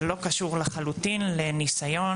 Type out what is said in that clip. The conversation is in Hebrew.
זה לא קשור לחלוטין לניסיון,